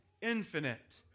infinite